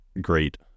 great